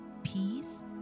Peace